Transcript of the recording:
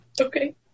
Okay